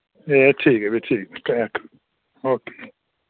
ए ठीक ऐ फ्ही ठीक ऐ ओके